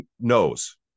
knows